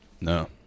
No